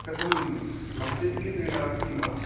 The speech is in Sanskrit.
कथं मस्तके पीडा अस्ति वा